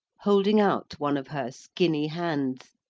holding out one of her skinny hands,